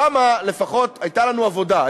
שם לפחות הייתה לנו עבודה,